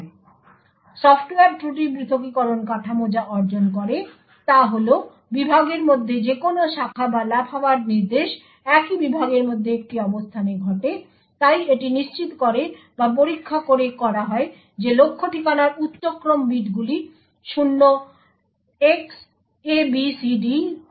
সুতরাং সফ্টওয়্যার ত্রুটি প্রথকীকরণ কাঠামো যা অর্জন করে তা হল বিভাগের মধ্যে যে কোনও শাখা বা লাফাবার নির্দেশ একই বিভাগের মধ্যে একটি অবস্থানে ঘটে তাই এটি নিশ্চিত করে বা পরীক্ষা করে করা হয় যে লক্ষ্য ঠিকানার উচ্চ ক্রম বিটগুলি 0Xabcd ই হয়